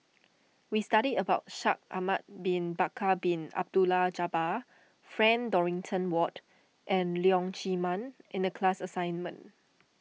we studied about Shaikh Ahmad Bin Bakar Bin Abdullah Jabbar Frank Dorrington Ward and Leong Chee Mun in the class assignment